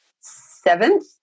seventh